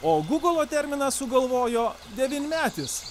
o gūgolo terminą sugalvojo devynmetis